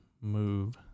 move